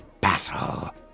battle